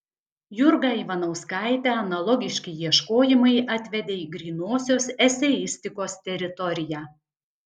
jurgą ivanauskaitę analogiški ieškojimai atvedė į grynosios eseistikos teritoriją